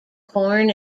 corn